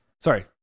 Sorry